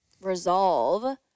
resolve